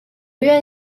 学院